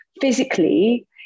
physically